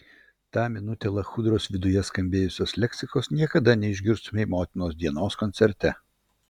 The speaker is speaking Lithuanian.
tą minutę lachudros viduje skambėjusios leksikos niekada neišgirstumei motinos dienos koncerte